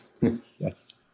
Yes